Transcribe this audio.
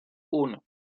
uno